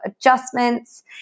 adjustments